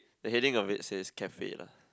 the heading of it says cafe lah